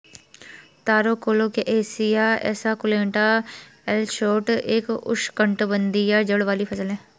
तारो Colocasia esculenta L Schott एक उष्णकटिबंधीय जड़ वाली फसल है